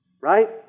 Right